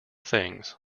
things